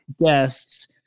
guests